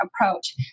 approach